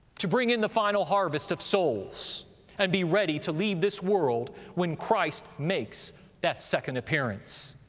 to bring in the final harvest of souls and be ready to leave this world when christ makes that second appearance.